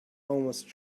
almost